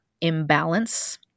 imbalance